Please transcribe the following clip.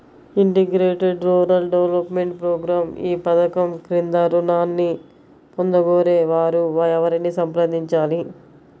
Integrated rural development program ఈ పధకం క్రింద ఋణాన్ని పొందగోరే వారు ఎవరిని సంప్రదించాలి?